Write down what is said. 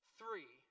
Three